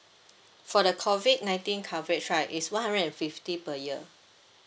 for the COVID nineteen coverage right it's one hundred and fifty per year